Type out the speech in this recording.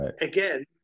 again